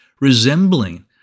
resembling